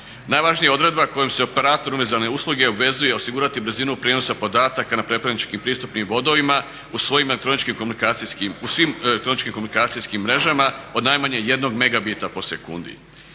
Najvažnija je odredba kojom se operator uvezene usluge obvezuje osigurati brzinu prijenosa podataka na pretplatnički pristupnim vodovima u svojim elektroničkim komunikacijskim, u svim